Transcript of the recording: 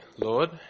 Lord